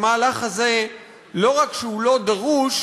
המהלך הזה לא רק שהוא לא דרוש,